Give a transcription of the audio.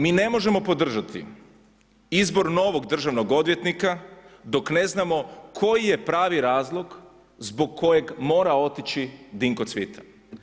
Mi ne možemo podržati izbor novog državnog odvjetnika dok ne znamo koji je pravi razlog zbog kojeg mora otići Dinko Cvitan.